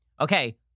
Okay